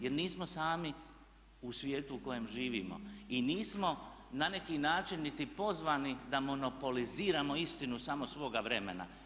Jer nismo sami u svijetu u kojem živimo i nismo na neki način niti pozvani da monopoliziramo istinu samo svoga vremena.